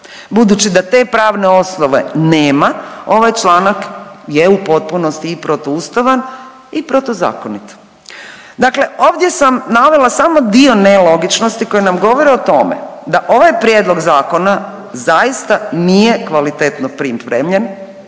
Budući da te pravne osove nema ovaj članak je u potpunosti i protuustavan i protuzakonit. Dakle ovdje sam navela samo dio nelogičnosti koje nam govore o tome da ovaj prijedlog zakona zaista nije kvalitetno pripremljen,